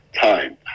time